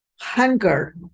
hunger